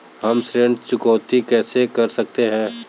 हम ऋण चुकौती कैसे कर सकते हैं?